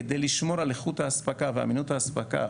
כדי לשמור על איכות ואמינות האספקה